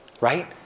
right